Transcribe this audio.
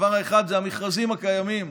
הדבר האחד זה המכרזים הקיימים,